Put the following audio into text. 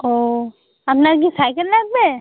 ও আপনার কি সাইকেল লাগবে